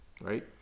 right